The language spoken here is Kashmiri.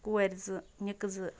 کورِ زٕ نِکہٕ زٕ